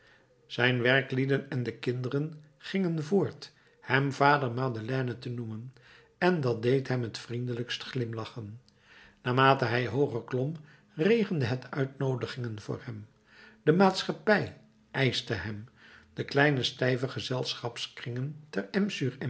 zijn werklieden en de kinderen gingen voort hem vader madeleine te noemen en dat deed hem het vriendelijkst glimlachen naarmate hij hooger klom regende het uitnoodigingen voor hem de maatschappij eischte hem de kleine stijve gezelschapskringen te